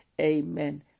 Amen